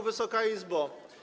Wysoka Izbo!